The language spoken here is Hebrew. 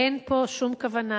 אין פה שום כוונה,